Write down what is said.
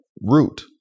Root